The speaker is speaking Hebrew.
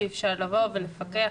שאפשר לבוא ולפקח.